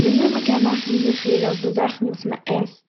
ווי אזוי מ'קען מאכן זיכער אז די זאכן וואס מ'עסט